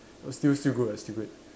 still still good ah still good